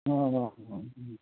ಹಾಂ ಹಾಂ ಹಾಂ